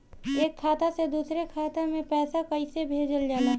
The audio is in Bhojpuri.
एक खाता से दूसरा खाता में पैसा कइसे भेजल जाला?